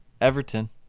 Everton